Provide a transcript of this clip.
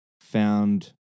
found